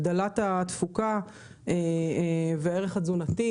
הגדלת התפוקה והערך התזונתי.